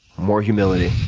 more humility.